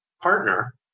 partner